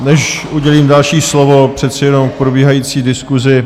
Než udělím další slovo, přece jenom k probíhající diskusi.